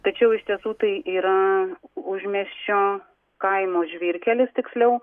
tačiau iš tiesų tai yra užmiesčio kaimo žvyrkelis tiksliau